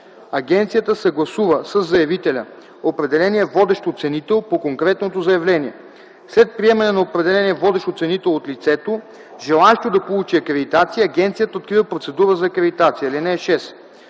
агенцията съгласува със заявителя определения водещ оценител по конкретното заявление. След приемане на определения водещ оценител от лицето, желаещо да получи акредитация, агенцията открива процедура за акредитация. (6)